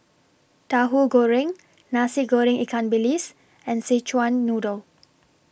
Tahu Goreng Nasi Goreng Ikan Bilis and Szechuan Noodle